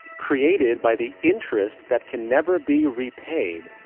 created by the interest that can never be re-payed,